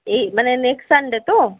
এই মানে next Sunday তো